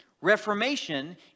Reformation